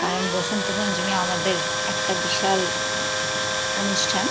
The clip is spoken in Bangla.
কারণ বসন্ত পঞ্চমী আমাদের একটা বিশাল অনুষ্ঠান